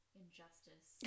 injustice